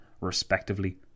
respectively